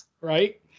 Right